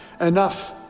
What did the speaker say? Enough